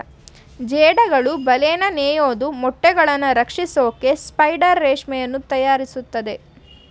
ಜೇಡಗಳು ಬಲೆನ ನೇಯೋದು ಮೊಟ್ಟೆಗಳನ್ನು ರಕ್ಷಿಸೋಕೆ ಸ್ಪೈಡರ್ ರೇಷ್ಮೆಯನ್ನು ತಯಾರಿಸ್ತದೆ